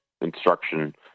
instruction